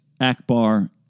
Akbar